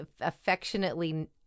affectionately